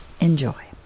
Enjoy